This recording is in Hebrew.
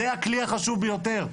זה הכלי החשוב ביותר.